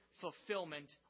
fulfillment